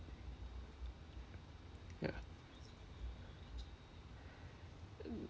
ya